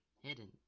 hidden